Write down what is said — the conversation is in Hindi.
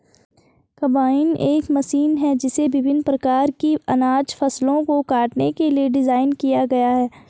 कंबाइन एक मशीन है जिसे विभिन्न प्रकार की अनाज फसलों को काटने के लिए डिज़ाइन किया गया है